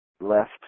left